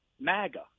MAGA